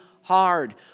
hard